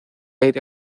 aire